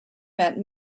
met